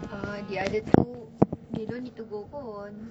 uh the other two they don't need to go pun